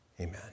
Amen